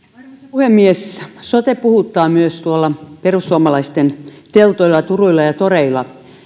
puhemies sote puhuttaa myös tuolla perussuomalaisten teltoilla turuilla ja toreilla